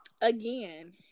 again